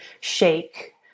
shake